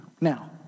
Now